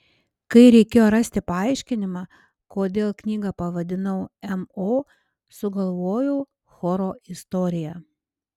kai reikėjo rasti paaiškinimą kodėl knygą pavadinau mo sugalvojau choro istoriją